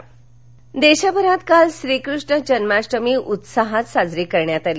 जन्माष्टमी देशभरात काल श्रीकृष्ण जन्माष्टमी उत्साहात साजरी करण्यात आली